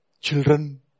children